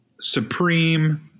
Supreme